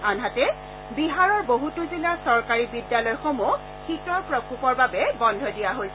আনহাতে বিহাৰৰ বহুতো জিলাৰ চৰকাৰী বিদ্যালয়সমূহ শীতৰ প্ৰকোপৰ বাবে বন্ধ দিয়া হৈছে